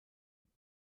you